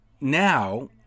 now